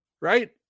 right